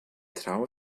traube